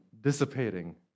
dissipating